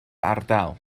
ardal